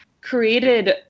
created